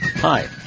Hi